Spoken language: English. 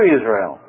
Israel